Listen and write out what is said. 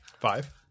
Five